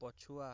ପଛୁଆ